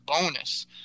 bonus